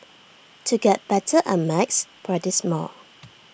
to get better at maths practise more